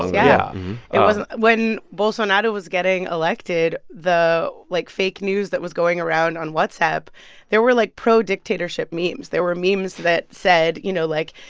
yeah it wasn't when bolsonaro was getting elected, the, like, fake news that was going around on whatsapp there were, like, pro-dictatorship memes. there were memes that said, you know, like,